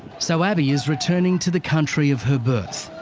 so, abii is returning to the country of her birth.